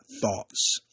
thoughts